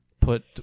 put